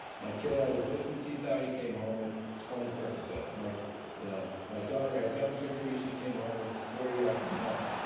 my kid had his wisdom teeth out. he came home with twenty percocets. my you know my daughter had gum surgery. she came home with forty oxycontin.